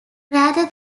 rather